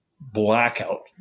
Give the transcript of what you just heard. blackout